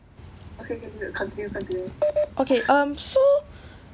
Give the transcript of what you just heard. okay um so